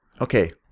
Okay